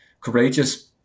courageous